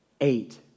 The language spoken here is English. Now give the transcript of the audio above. Eight